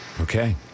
Okay